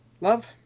Love